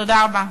תודה רבה.